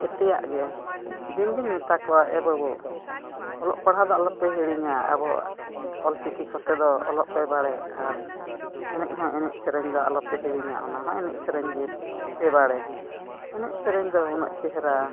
ᱡᱮᱛᱮᱭᱟᱜ ᱜᱮ ᱫᱤᱱ ᱜᱮᱧ ᱢᱮᱛᱟ ᱠᱚᱣᱟ ᱮ ᱵᱟᱹᱵᱩ ᱚᱞᱚᱜ ᱯᱟᱲᱦᱟᱣ ᱫᱚ ᱟᱞᱚ ᱯᱮ ᱦᱤᱲᱤᱧᱟ ᱟᱵᱚᱣᱟᱜ ᱚᱞ ᱪᱤᱠᱤ ᱠᱚᱛᱮ ᱚᱞᱚᱜ ᱯᱮ ᱵᱟᱲᱮ ᱮᱱᱮᱡ ᱦᱚᱸ ᱮᱱᱮᱡ ᱥᱮᱨᱮᱧ ᱫᱚ ᱟᱞᱚ ᱯᱮ ᱦᱤᱲᱤᱧᱟ ᱚᱱᱟ ᱦᱚᱸ ᱮᱱᱮᱡ ᱥᱮᱨᱮᱧ ᱜᱮ ᱯᱮ ᱵᱟᱲᱮ ᱮᱱᱮᱡ ᱥᱮᱨᱮᱧ ᱫᱚ ᱩᱱᱟᱹᱜ ᱪᱮᱦᱨᱟ